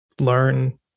learn